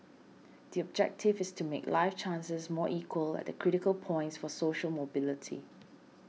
the objective is to make life chances more equal at the critical points for social mobility